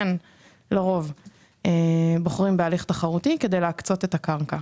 לרוב אנחנו בוחרים בהליך תחרותי כדי להקצות את הקרקע.